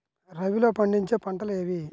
రబీలో పండించే పంటలు ఏవి?